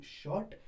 short